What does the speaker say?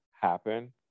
happen